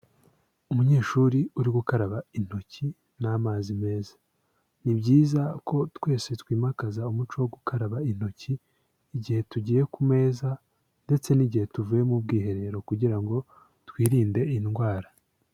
Umunyeshuri uri gukaraba intoki n'amazi meza. Ni byiza ko twese twimakaza umuco wo gukaraba intoki, igihe tugiye ku meza ndetse n'igihe tuvuye mu bwiherero kugira ngo twirinde indwara.